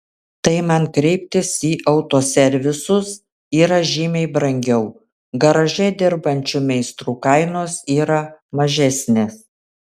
tai man kreiptis į autoservisus yra žymiai brangiau garaže dirbančių meistrų kainos yra mažesnės